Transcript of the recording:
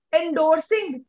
endorsing